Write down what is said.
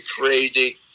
crazy